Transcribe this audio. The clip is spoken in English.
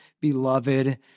beloved